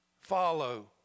follow